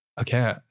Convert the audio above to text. okay